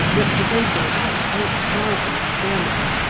representing about eight thousand spearmen.